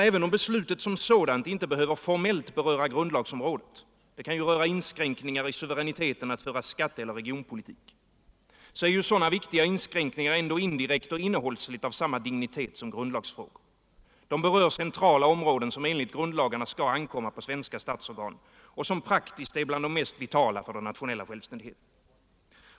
Även om beslutet som sådant inte formellt behöver beröra grundlagsområdet — det kan t.ex. röra inskränkningar i suveräniteten att föra skatteeller regionalpolitik — så är ju sådana viktiga inskränkningar ändå indirekt och innehållsmässigt av samma dignitet som grundlagsfrågor. De berör cen trala områden som enligt grundlagarna skall ankomma på svenska statsorgan och som är bland de mest vitala för den nationella självständigheten.